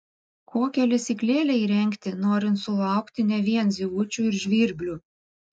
kokią lesyklėlę įrengti norint sulaukti ne vien zylučių ir žvirblių